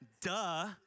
Duh